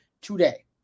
today